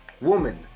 woman